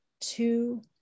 two